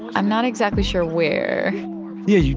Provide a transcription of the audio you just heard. i'm not exactly sure where yeah yeah